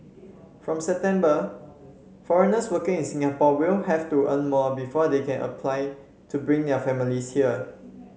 from September foreigners working in Singapore will have to earn more before they can apply to bring their families here